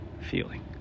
feeling